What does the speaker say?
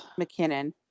McKinnon